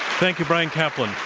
thank you, bryan caplan.